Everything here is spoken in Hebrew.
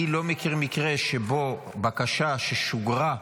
אני לא מכיר מקרה שבו בקשה ששוגרה,